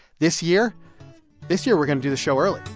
this year this year, we're going to do the show early.